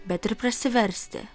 bet ir prasiversti